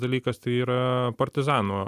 dalykas tai yra partizanų